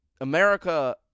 America